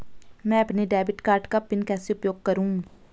मैं अपने debit card का पिन कैसे उपयोग करूँ?